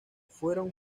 fueron